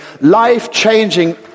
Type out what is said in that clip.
life-changing